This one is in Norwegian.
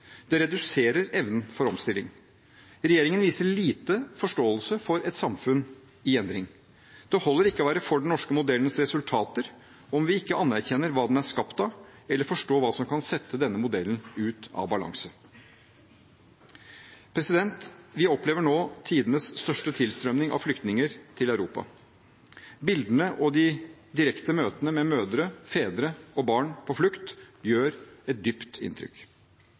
Det reduserer evnen til omstilling. Regjeringen viser liten forståelse for et samfunn i endring. Det holder ikke å være for den norske modellens resultater om vi ikke anerkjenner hva den er skapt av, eller forstår hva som kan sette modellen ut av balanse. Vi opplever nå tidenes største tilstrømming av flyktninger til Europa. Bildene og de direkte møtene med mødre, fedre og barn på flukt gjør et dypt inntrykk.